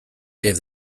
gave